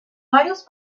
varios